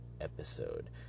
episode